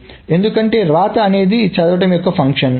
కాబట్టి ఎందుకంటే వ్రాత అనేది చదవడం యొక్క ఫంక్షన్